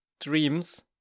dreams